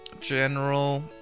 General